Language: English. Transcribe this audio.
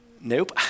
Nope